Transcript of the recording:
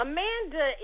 Amanda